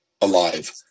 alive